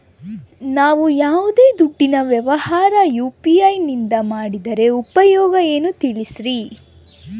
ನಾವು ಯಾವ್ದೇ ದುಡ್ಡಿನ ವ್ಯವಹಾರ ಯು.ಪಿ.ಐ ನಿಂದ ಮಾಡಿದ್ರೆ ಉಪಯೋಗ ಏನು ತಿಳಿಸ್ರಿ?